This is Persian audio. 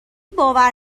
باور